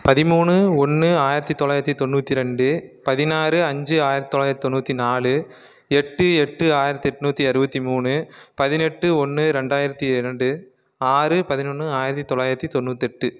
பதிமூணு ஒன்று ஆயிரத்தி தொள்ளாயிரத்து தொண்ணுற்றி ரெண்டு பதினாறு அஞ்சு ஆயிரத்தி தொள்ளாயிரத்தி தொண்ணுற்றி நாலு எட்டு எட்டு ஆயிரத்தி எண்நூத்தி அறுபத்தி மூணு பதினெட்டு ஒன்று ரெண்டாயிரத்தி இரண்டு ஆறு பதினொன்னு ஆயிரத்தி தொள்ளாயிரத்தி தொண்ணுத்தெட்டு